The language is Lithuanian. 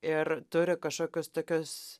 ir turi kažkokius tokius